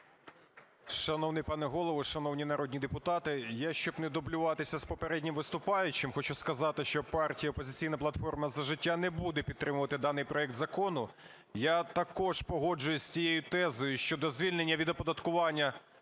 Шановний пане Голово! Шановні народні депутати! Я, щоб не дублюватися з попереднім виступаючим, хочу сказати, що партія "Опозиційна платформа - За життя" не буде підтримувати даний проект закону. Я також погоджуюсь з цією тезою щодо звільнення від оподаткування